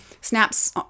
snaps